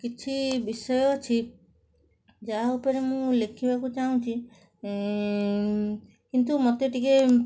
କିଛି ବିଷୟ ଅଛି ଯାହା ଉପରେ ମୁଁ ଲେଖିବାକୁ ଚାଁହୁଛି କିନ୍ତୁ ମତେ ଟିକେ